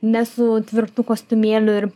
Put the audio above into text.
ne su tvirtu kostiumėliu ir